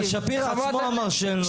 אבל שפירא עצמו אמר שאין לו תאריך.